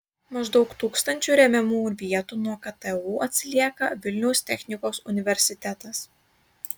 maždaug tūkstančiu remiamų vietų nuo ktu atsilieka vilniaus technikos universitetas